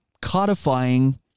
codifying